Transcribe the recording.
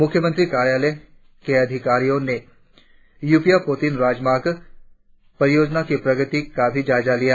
मुख्यमंत्री कार्यालय के अधिकारियों ने यूपीया पोटीन राजमार्ग परियोजना की प्रगति का भी जायजा लिया